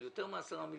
על יותר מ-10 מיליון